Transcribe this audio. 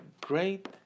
great